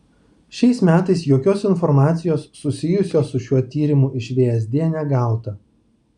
šiais metais jokios informacijos susijusios su šiuo tyrimu iš vsd negauta